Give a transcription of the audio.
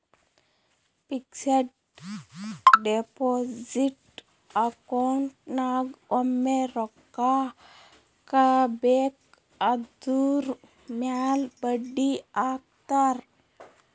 fixed deposit account ನಾಗ್ ಒಮ್ಮೆ ರೊಕ್ಕಾ ಹಾಕಬೇಕ್ ಅದುರ್ ಮ್ಯಾಲ ಬಡ್ಡಿ ಹಾಕ್ತಾರ್